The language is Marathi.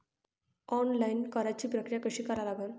ऑनलाईन कराच प्रक्रिया कशी करा लागन?